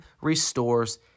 restores